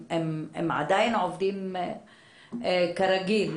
הם עדיין עובדים כרגיל,